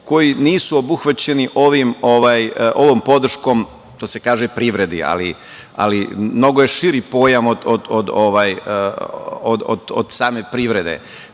koji nisu obuhvaćeni ovom podrškom što se kaže privredi, ali mnogo je širi pojam od same privrede. Dakle,